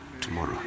tomorrow